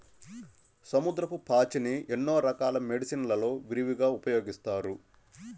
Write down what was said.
సముద్రపు పాచిని ఎన్నో రకాల మెడిసిన్ లలో విరివిగా ఉపయోగిస్తారు